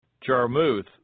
Jarmuth